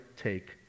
take